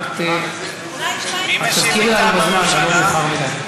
רק תזכירי לנו בזמן ולא מאוחר מדי.